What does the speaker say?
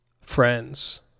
friends